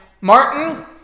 Martin